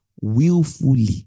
willfully